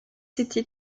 city